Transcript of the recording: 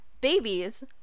babies